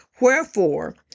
Wherefore